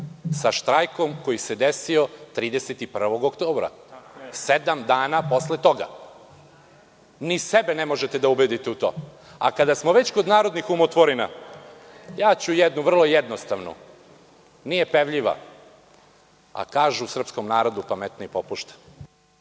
sa štrajkom koji se desio 31. oktobra. Dakle, sedam dana posle toga. Ni sebe ne možete da ubedite u to. Kada smo već kod narodnih umotvorina, ja ću jednu vrlo jednostavnu, nije pevljiva, a kažu u srpskom narodu „pametniji popušta“.